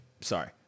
Sorry